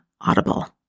Audible